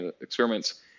experiments